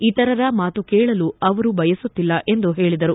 ಇತರರ ಮಾತುಕೇಳಲು ಅವರು ಬಯಸುತ್ತಿಲ್ಲ ಎಂದು ಹೇಳದರು